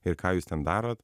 ir ką jūs ten darot